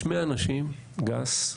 יש 100 נשים, גס,